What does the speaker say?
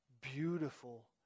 beautiful